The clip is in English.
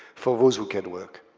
for those who can work.